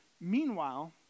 Meanwhile